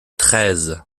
treize